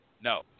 No